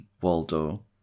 Waldo